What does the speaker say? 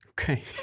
Okay